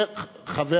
חבר